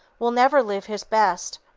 will never live his best.